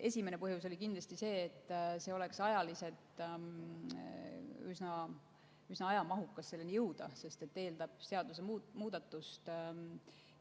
Esimene põhjus oli kindlasti see, et oleks üsna ajamahukas selleni jõuda, sest see eeldab seadusemuudatust,